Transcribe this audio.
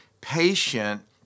patient